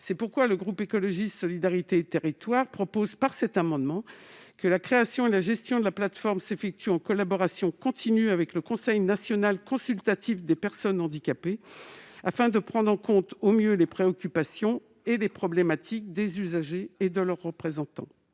C'est pourquoi le groupe Écologiste - Solidarité et Territoires propose, par cet amendement, que la création et la gestion de la plateforme s'effectuent en collaboration continue avec le Conseil national consultatif des personnes handicapées (CNCPH), afin de prendre en compte au mieux les préoccupations et les problématiques des usagers et de leurs représentants.